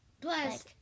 Plus